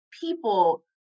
people